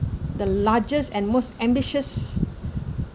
the largest and most ambitious